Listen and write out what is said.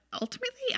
ultimately